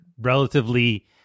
relatively